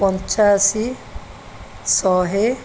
ପଞ୍ଚାଅଶୀ ଶହେ